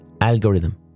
algorithm